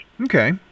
Okay